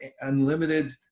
unlimited